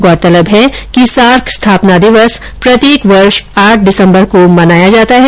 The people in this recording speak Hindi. गौरतलब है कि सार्क स्थापना दिवस प्रत्येक वर्ष आठ दिसम्बर को मनाया जाता है